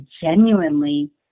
genuinely